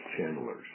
channelers